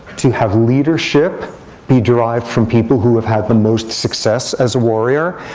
to have leadership be derived from people who have had the most success as a warrior,